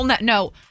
No